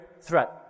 threat